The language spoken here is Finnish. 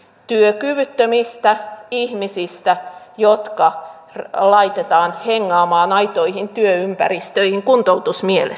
työkyvyttömistä ihmisistä jotka laitetaan hengaamaan aitoihin työympäristöihin kuntoutusmielessä